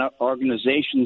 organizations